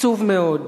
עצוב מאוד".